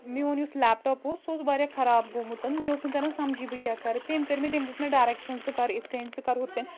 میون یُس لیپٹاپ اوس سُہ اوس واریاہ خراب گۆمُتن مےٚ اوس نہٕ تَران سَمجی بہٕ کیٛاہ کَرٕ تٔمۍ کٔر مےٚ تٔمۍ دِژ مےٚ ڈارٮ۪کشَن ژٕ کَر یِتھ کَنۍ ژٕ کَر ہُتھ کَنۍ